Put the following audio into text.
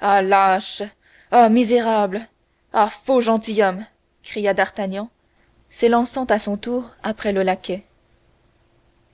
lâche ah misérable ah faux gentilhomme cria d'artagnan s'élançant à son tour après le laquais